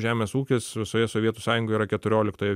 žemės ūkis visoje sovietų sąjungoj yra keturioliktoj